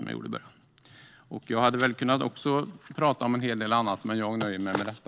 Jag hade väl kunnat prata om en hel del annat, men jag nöjer mig med detta.